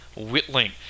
Whitling